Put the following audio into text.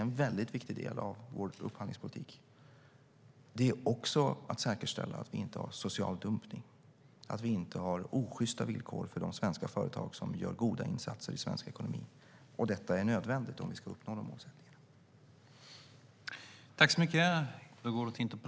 En viktig del av vår upphandlingspolitik är också att säkerställa att vi inte har social dumpning och osjysta villkor för de svenska företag som gör goda insatser i svensk ekonomi. Detta är nödvändigt om vi ska uppnå de målsättningarna.